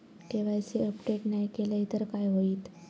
KYC update नाय केलय तर काय होईत?